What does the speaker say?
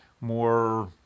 more